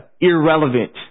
irrelevant